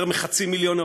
יותר מחצי מיליון הרוגים,